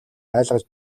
айлгаж